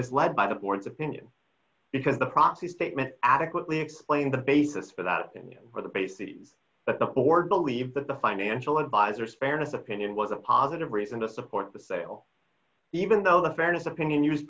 misled by the board's opinion because the proxy statement adequately explained the basis for that opinion or the bases that the board believed that the financial advisor spareness opinion was a positive reason to support the sale even though the fairness opinion use